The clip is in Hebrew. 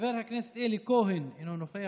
חבר הכנסת אלי כהן, אינו נוכח.